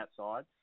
outside